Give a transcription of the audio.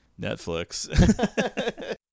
Netflix